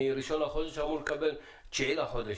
ב-1 בחודש אמור לקבל ב-9 בחודש,